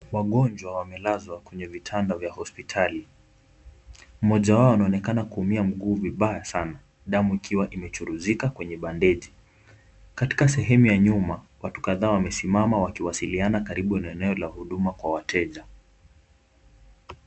Wagonjwa wamelazwa kwenye vitanda vya hospitali. Mmoja wao anaonekana kuumia mguu vibaya sana, damu ikiwa imechuruzika kwenye bandeji. Katika sehemu ya nyuma watu kadhaa wamesimama wakiwasiliana karibu na eneo la huduma kwa wateja.